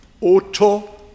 auto